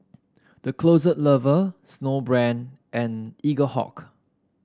The Closet Lover Snowbrand and Eaglehawk